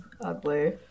ugly